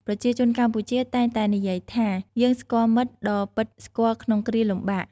ប្រជាជនកម្ពុជាតែងតែនិយាយថា “យើងស្គាល់មិត្តដ៏ពិតស្គាល់ក្នុងគ្រាលំបាក”។